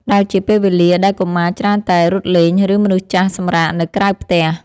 ដែលជាពេលវេលាដែលកុមារច្រើនតែរត់លេង ឬមនុស្សចាស់សម្រាកនៅក្រៅផ្ទះ។